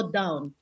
down